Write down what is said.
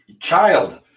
child